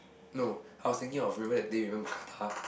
no I was thinking of river that day remember Qatar